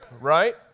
right